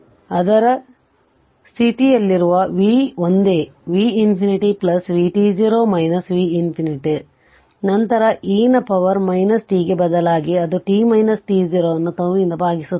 ಆದರೆ ಸ್ಥಿರ ಸ್ಥಿತಿಯಲ್ಲಿರುವ v ಒಂದೇ v ∞ vt0 v ∞ ನಂತರ e ನ ಪವರ್ t ಗೆ ಬದಲಾಗಿ ಅದು t t0 ಅನ್ನು τ ರಿಂದ ಭಾಗಿಸುತ್ತದೆ